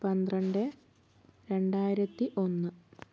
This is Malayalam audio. പന്ത്രണ്ട് രണ്ടായിരത്തി ഒന്ന്